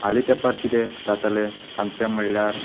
हालीं तेंपार कितें जातालें कितें सांगचें म्हळ्यार